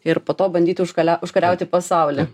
ir po to bandyti užkalia užkariauti pasaulį